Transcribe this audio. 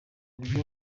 uburyo